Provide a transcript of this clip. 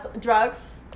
Drugs